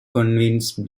convince